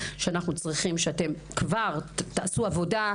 אנחנו צריכים שאתם כבר תעשו עבודה.